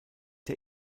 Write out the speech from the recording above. der